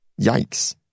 Yikes